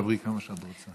דברי כמה שאת רוצה.